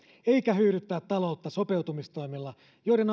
eikä tule hyydyttää taloutta sopeutustoimilla joiden